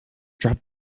drop